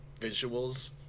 visuals